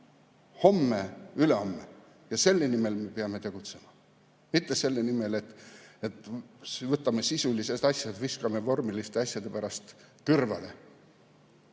homme ja ülehomme. Selle nimel me peame tegutsema, mitte selle nimel, et võtame sisulised asjad ja viskame vormiliste asjade pärast kõrvale.